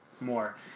more